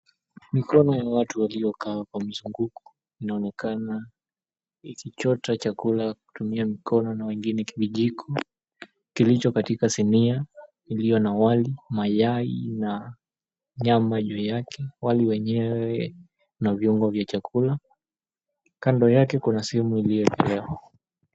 Mikono ya watu waliokaa kwa mzunguko inaonekana ikichota chakula kutumia mikono na wengine vijiko kilicho katika sinia iliyo na wali, mayai na nyama juu yake, wali wenyewe na viungo vya chakula kando yake kuna sehemu iliyotolewa.